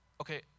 okay